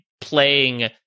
playing